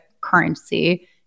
currency